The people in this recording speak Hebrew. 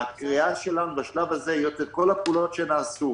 הקריאה שלנו בשלב הזה, היות וכל הפעולות שנעשו